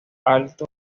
alto